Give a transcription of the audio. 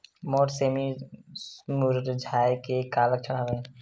मोर सेमी मुरझाये के का लक्षण हवय?